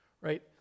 right